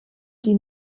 die